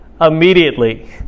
Immediately